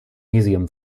museum